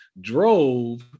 drove